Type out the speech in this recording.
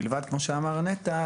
מלבד כמו שאמר נטע,